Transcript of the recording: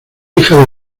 hija